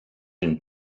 une